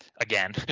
again